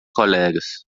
colegas